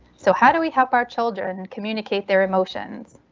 so how do we help our children communicate their emotions?